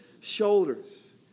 shoulders